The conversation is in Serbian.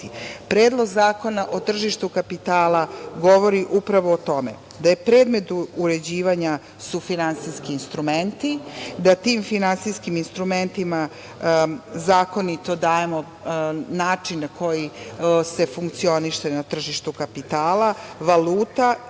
zakona o tržištu kapitala govori upravo o tome da su predmet uređivanja finansijski instrumenti, da tim finansijskim instrumentima zakonito dajemo način na koji se funkcioniše na tržištu kapitala, valuta,